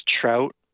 Trout